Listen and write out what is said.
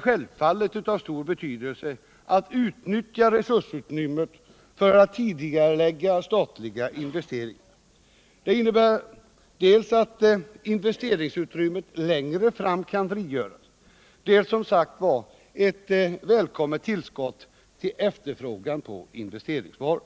självfallet är av stor betydelse att utnyttja resursutrymmet för att tidigarelägga statliga investeringar. Det innebär dels att investeringsutrymmet längre fram kan frigöras, dels ett välkommet tillskott till efterfrågan på investeringsvaror.